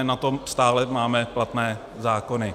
Na to stále máme platné zákony.